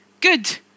Good